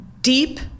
deep